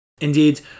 Indeed